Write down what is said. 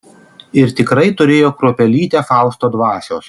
ir tikrai turėjo kruopelytę fausto dvasios